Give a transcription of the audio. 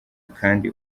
kandi